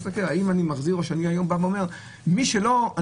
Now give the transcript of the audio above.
האם אני מחזיר לעבודה או שאני אומר שמי שאין לו תו ירוק,